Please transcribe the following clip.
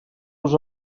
los